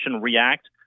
react